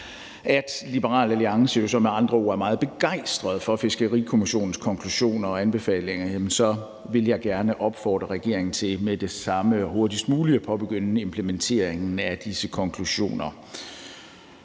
at Liberal Alliance med andre ord er meget begejstrede for Fiskerikommissionens konklusioner og anbefalinger, vil jeg gerne opfordre regeringen til med det samme og hurtigst muligt at påbegynde implementeringen af disse konklusioner.